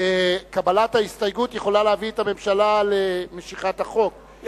קבלת ההסתייגות יכולה להביא את הממשלה למשיכת החוק,